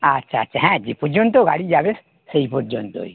আচ্ছা আচ্ছা হ্যাঁ যে পর্যন্ত গাড়ি যাবে সেই পর্যন্তই